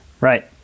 Right